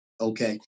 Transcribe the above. Okay